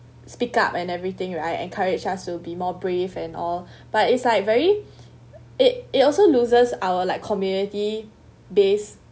speak up and everything right encourage us to be more brave and all but it's like very it it also loses our like community based